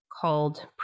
called